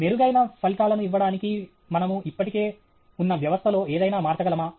మెరుగైన ఫలితాలను ఇవ్వడానికి మనము ఇప్పటికే ఉన్న వ్యవస్థలో ఏదైనా మార్చగలమా